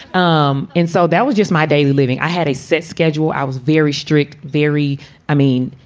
um and so that was just my daily living. i had a set schedule. i was very strict, very i mean,